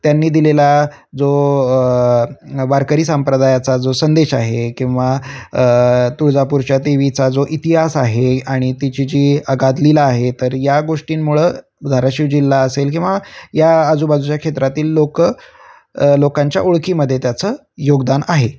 त्यांनी दिलेला जो वारकरी संप्रदायाचा जो संदेश आहे किंवा तुळजापूरच्या देवीचा जो इतिहास आहे आणि तिची जी अगाध लीला आहे तर या गोष्टींमुळं धाराशिव जिल्हा असेल किंवा या आजूबाजूच्या क्षेत्रातील लोक लोकांच्या ओळखीमध्ये त्याचं योगदान आहे